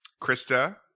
Krista